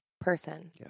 person